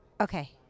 Okay